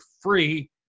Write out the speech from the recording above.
free